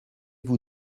vous